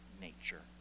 nature